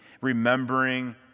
remembering